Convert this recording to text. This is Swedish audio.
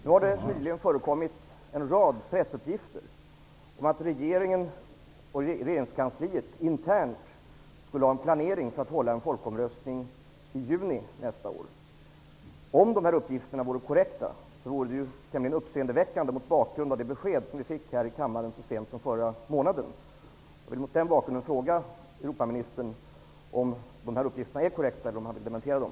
Nu har det nyligen förekommit en rad pressuppgifter om att regeringen och regeringskansliet internt skulle ha en planering för att hålla en folkomröstning i juni nästa år. Om dessa uppgifter är korrekta vore det tämligen uppseendeväckande mot bakgrund av de uppgifter som vi fick här i kammaren så sent som förra månaden. Mot den bakgrunden vill jag fråga Europaministern om dessa uppgifter är korrekta eller om han vill dementera dem.